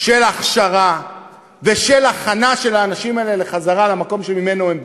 של הכשרה ושל הכנה של האנשים האלה לחזרה למקום שממנו הם באו,